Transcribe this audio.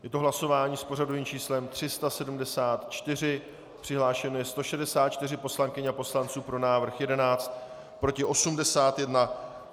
Je to hlasování s pořadovým číslem 374, přihlášeno je 164 poslankyň a poslanců, pro návrh 11, proti 81.